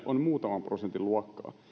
on muutaman prosentin luokkaa